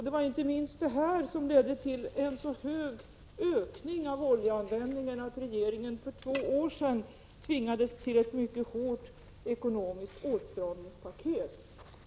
Det var inte minst detta som ledde till en så hög ökning av oljeanvändningen att regeringen för två år sedan tvingades till ett mycket hårt ekonomiskt åtstramningspaket.